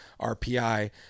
RPI